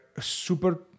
super